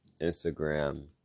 Instagram